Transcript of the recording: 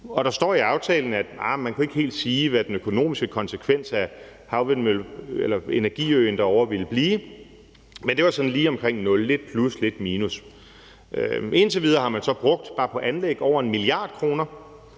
der stod i aftalen, at man ikke helt kan sige, hvad den økonomiske konsekvens af energiøen derovre ville blive, men at det var sådan lige omkring nul, altså lidt plus/minus, og at man indtil videre så bare på anlægget har brugt